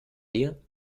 dir